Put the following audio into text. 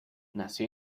nació